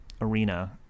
arena